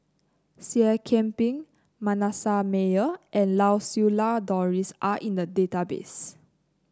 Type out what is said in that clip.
Seah Kian Peng Manasseh Meyer and Lau Siew Lang Doris are in the database